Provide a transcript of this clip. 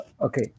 Okay